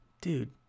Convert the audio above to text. dude